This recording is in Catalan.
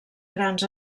grans